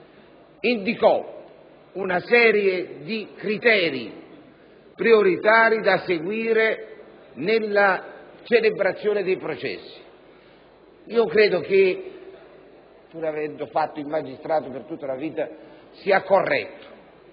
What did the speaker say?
indicato una serie di criteri prioritari da seguire nella celebrazione dei processi. Pur avendo fatto il magistrato per tutta la vita, reputo corretto